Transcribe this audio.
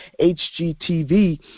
HGTV